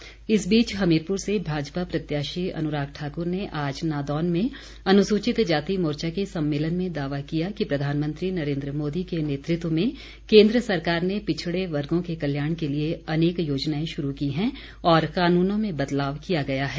अनुराग ठाकुर इस बीच हमीरपुर से भाजपा प्रत्याशी अनुराग ठाक्र ने आज नादौन में अनुसूचित जाति मोर्चा के सम्मेलन में दावा किया कि प्रधानमंत्री नरेन्द्र मोदी के नेतृत्व में केन्द्र सरकार ने पिछड़े वर्गों के कल्याण के लिए अनेक योजनाएं शुरू की हैं और कानूनों में बदलाव किया गया है